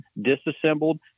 disassembled